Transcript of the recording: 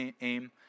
aim